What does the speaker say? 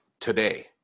today